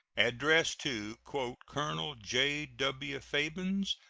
addressed to colonel j w. fabens,